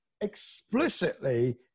explicitly